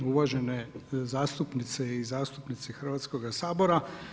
Uvažene zastupnice i zastupnici Hrvatskoga sabora.